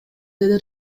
деди